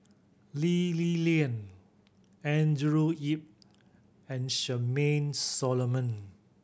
Lee Li Lian Andrew Yip and Charmaine Solomon